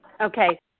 Okay